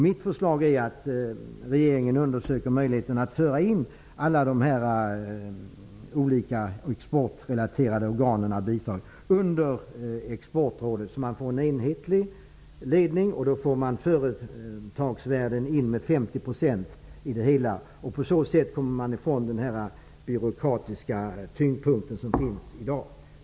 Mitt förslag är att regeringen undersöker möjligheten att föra in alla dessa olika exportrelaterade organ under Exportrådet. Då skulle vi få en enhetlig ledning, och företagsvärlden skulle komma in med 50 %. På det viset kommer vi ifrån den byråkratiska tyngdpunkt som finns i dag.